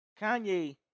Kanye